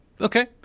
Okay